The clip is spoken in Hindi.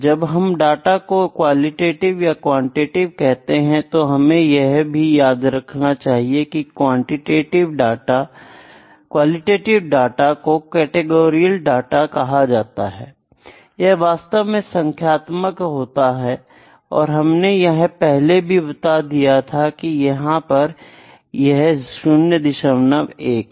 जब हम डाटा को क्वालिटेटिव या क्वांटिटीव कहते हैं तो हमें यह भी याद रखना चाहिए की क्वालिटेटिव डाटा को कैटेगौरीकल डाटा भी कहा जाता है और यह वास्तव में संख्यात्मक डाटा होता है जैसे हमने यहां पहले ही बता दिया है कि यहां पर यह 01 है